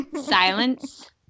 silence